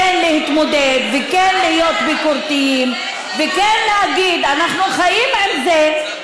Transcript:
להתמודד וכן להיות ביקורתיים וכן להגיד: אנחנו חיים עם זה,